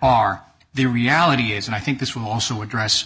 are the reality is and i think this will also address